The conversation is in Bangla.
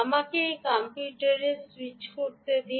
আমাকে এখন কম্পিউটারে স্যুইচ করতে দিন